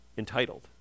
entitled